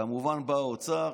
כמובן בא האוצר